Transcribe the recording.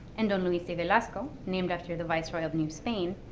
and don luis de velasco, named after the viceroy of new spain,